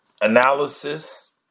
analysis